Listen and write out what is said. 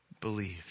believe